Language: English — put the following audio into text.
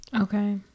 Okay